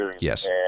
Yes